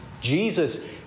Jesus